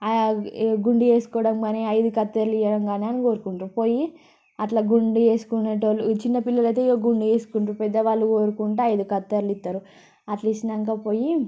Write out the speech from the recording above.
ఏ గుండు చేసుకోవడం కానీ ఐదు కత్తెరలు ఇవ్వడం కానీ అని కోరుకుంటారు పోయి అట్లా గుండు చేసుకునేవాళ్ళు చిన్నపిల్లలు అయితే ఇక గుండు చేసుకుంటారు పెద్దవాళ్ళు కోరుకుంటే ఐదు కత్తెరలు ఇస్తారు అట్లా ఇచ్చాక పోయి